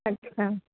अच्छा